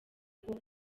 ngo